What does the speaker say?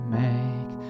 make